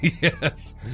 Yes